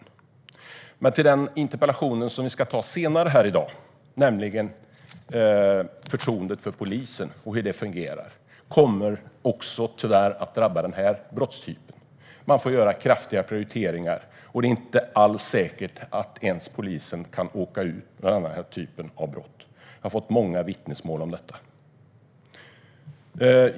När det gäller förtroendet för polisen, som vi ska debattera senare i dag, är det också någonting som tyvärr kommer att drabba denna typ av brott. Man får göra kraftiga prioriteringar, och det är inte alls säkert att polisen ens kan åka ut när denna typ av brott har begåtts. Jag har fått många vittnesmål om detta.